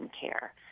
care